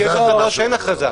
או שיש הכרזה או שאין הכרזה.